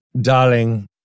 Darling